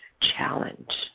challenge